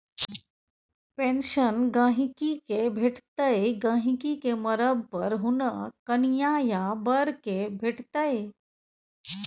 pension गहिंकी केँ भेटतै गहिंकी केँ मरब पर हुनक कनियाँ या बर केँ भेटतै